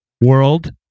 World